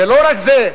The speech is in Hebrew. זה לא רק זה.